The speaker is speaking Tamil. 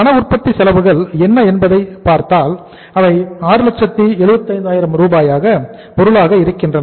பண உற்பத்தி செலவுகள் என்ன என்பதை பார்த்தால் அவை 675000 ரூபாய் பொருளாக இருக்கின்றன